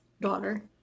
daughter